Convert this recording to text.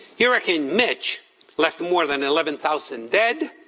hurricane mitch left more than eleven thousand dead